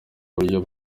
buryo